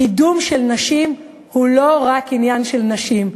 קידום נשים הוא לא רק עניין של נשים.